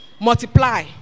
multiply